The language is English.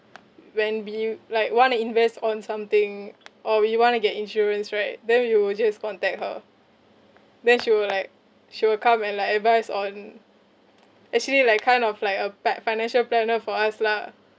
when we like want to invest on something or we want to get insurance right then we will just contact her then she will like she will come and like advise on actually like kind of like a pa~ financial planner for us lah